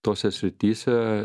tose srityse